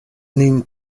nin